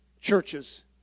churches